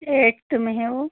eighth में है वह